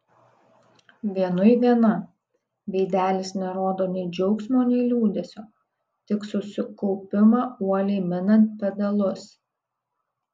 vienui viena veidelis nerodo nei džiaugsmo nei liūdesio tik susikaupimą uoliai minant pedalus